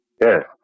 Yes